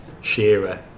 Shearer